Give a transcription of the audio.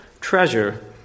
treasure